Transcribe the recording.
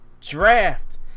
Draft